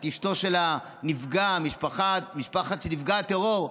את אשתו של הנפגע, משפחה של נפגע טרור.